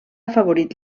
afavorit